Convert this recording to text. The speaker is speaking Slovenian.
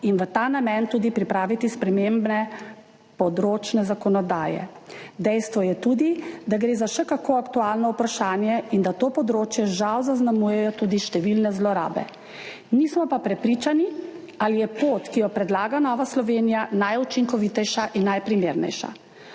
v ta namen pa pripraviti tudi spremembe področne zakonodaje. Dejstvo je tudi, da gre za še kako aktualno vprašanje in da to področje žal zaznamujejo tudi številne zlorabe. Nismo pa prepričani, ali je pot, ki jo predlaga Nova Slovenija, najučinkovitejša in najprimernejša.